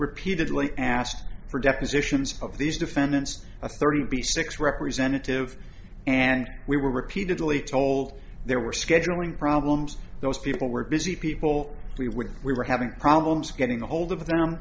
repeatedly asked for depositions of these defendants thirty six representative and we were repeatedly told there were scheduling problems those people were busy people we were with we were having problems getting a hold of them